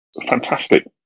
fantastic